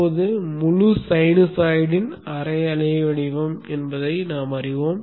இப்போது இது முழு சைனூசாய்டின் அரை அலை வடிவம் என்பதை நாம் அறிவோம்